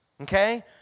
okay